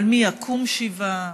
על מי יקום מהשבעה,